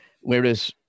Whereas